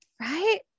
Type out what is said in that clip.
right